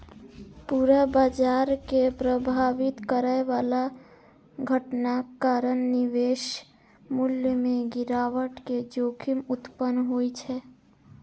पूरा बाजार कें प्रभावित करै बला घटनाक कारण निवेश मूल्य मे गिरावट के जोखिम उत्पन्न होइ छै